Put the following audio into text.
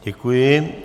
Děkuji.